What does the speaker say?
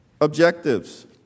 objectives